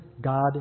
God